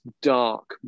dark